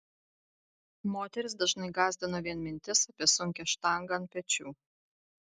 moteris dažnai gąsdina vien mintis apie sunkią štangą ant pečių